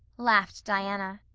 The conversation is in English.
laughed diana.